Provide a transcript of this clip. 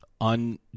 on